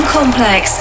complex